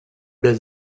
does